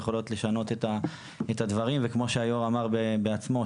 יכולים לשנות את הדברים; כמו שהיו"ר אמר בעצמו,